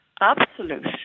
absolute